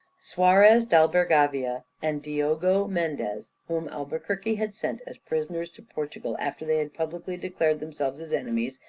soarez d'albergavia and diogo mendez, whom albuquerque had sent as prisoners to portugal after they had publicly declared themselves his enemies,